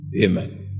Amen